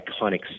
iconic